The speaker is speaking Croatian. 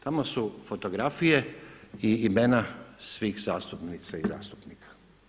Tamo su fotografije i imena svih zastupnica i zastupnika.